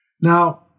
Now